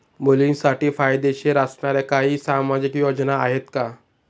मुलींसाठी फायदेशीर असणाऱ्या काही सामाजिक योजना आहेत का?